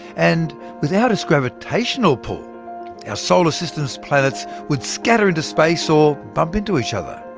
and without its gravitational pull, our solar system's planets would scatter into space, or bump into each other.